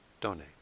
donate